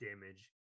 damage